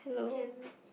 can